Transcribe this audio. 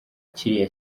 kiriya